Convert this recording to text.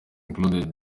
included